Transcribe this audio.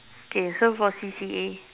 okay so for C_C_A